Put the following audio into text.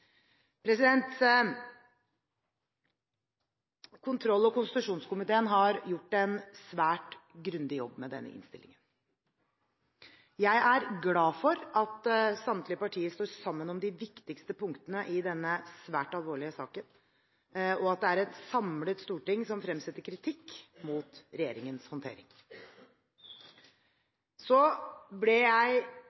Kontroll- og konstitusjonskomiteen har gjort en svært grundig jobb med denne innstillingen. Jeg er glad for at samtlige partier står sammen om de viktigste punktene i denne svært alvorlige saken, og at det er et samlet storting som fremsetter kritikk mot regjeringens håndtering.